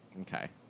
Okay